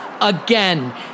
again